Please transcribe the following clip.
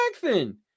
Jackson